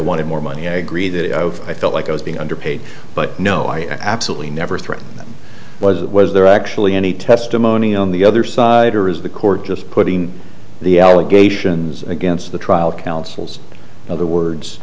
wanted more money i agree that i felt like i was being underpaid but no i absolutely never threatened that was that was there actually any testimony on the other side or is the court just putting the allegations against the trial counsel's in other words